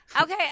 Okay